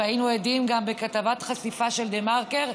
והיינו עדים גם בכתבת חשיפה של דה-מרקר,